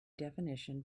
definition